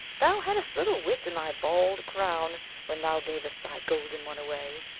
thou hadst little wit in thy bald crown when thou gav'st thy golden one away.